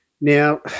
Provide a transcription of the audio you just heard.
Now